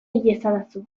iezadazu